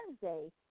Wednesday